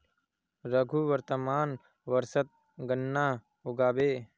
रघु वर्तमान वर्षत गन्ना उगाबे